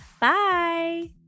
Bye